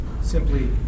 simply